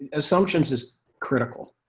assumptions is critical.